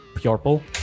Purple